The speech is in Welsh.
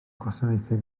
gwasanaethau